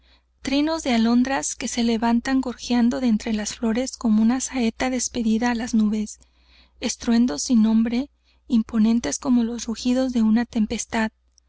trinos de alondras que se levantan gorgeando de entre las flores como una saeta despedida á las nubes estruendo sin nombre imponentes como los rugidos de una tempestad